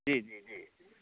जी जी जी जी